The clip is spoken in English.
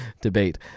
debate